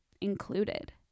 included